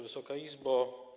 Wysoka Izbo!